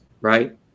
right